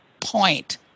point